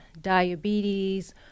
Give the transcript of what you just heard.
diabetes